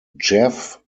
jeff